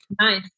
Nice